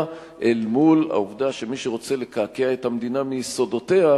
אל מול העובדה שמי שרוצה לקעקע את המדינה מיסודותיה,